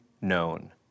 Known